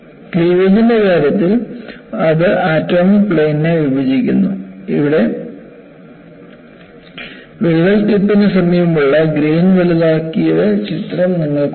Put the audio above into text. ക്ലീവേജിന്റെ കാര്യത്തിൽ അത് ആറ്റോമിക് പ്ലെയിനിനെ വിഭജിക്കുന്നു ഇവിടെ വിള്ളൽ ടിപ്പിന് സമീപമുള്ള ഗ്രേൻ വലുതാക്കിയ ചിത്രം നിങ്ങൾക്കുണ്ട്